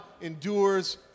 endures